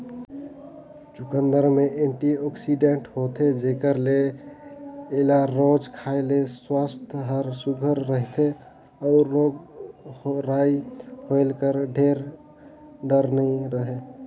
चुकंदर में एंटीआक्सीडेंट होथे जेकर ले एला रोज खाए ले सुवास्थ हर सुग्घर रहथे अउ रोग राई होए कर ढेर डर नी रहें